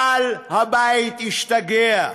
בעל הבית השתגע.